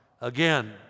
Again